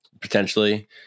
potentially